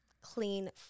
clean